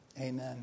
Amen